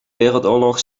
wereldoorlog